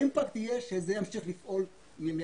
האימפקט יהיה שזה ימשיך לפעול מעצמו.